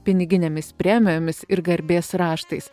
piniginėmis premijomis ir garbės raštais